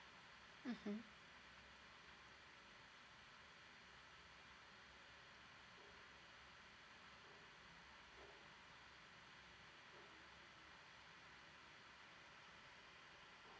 mmhmm